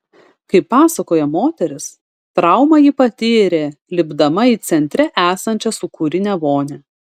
kaip pasakoja moteris traumą ji patyrė lipdama į centre esančią sūkurinę vonią